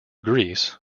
greece